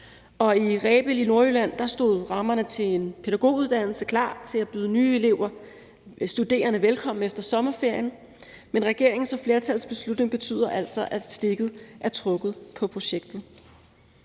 I Rebild i Nordjylland stod rammerne til en pædagoguddannelse klar til at byde nye studerende velkommen efter sommerferien, men regeringen og flertallets beslutning betyder altså, at stikket til projektet